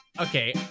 Okay